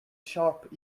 sharp